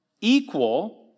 Equal